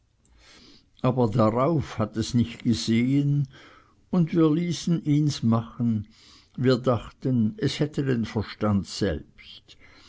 aber darauf hat es nicht gesehen und wir ließen ihns machen wir dachten es hätte den verstand selbst